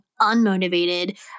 unmotivated